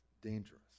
Dangerous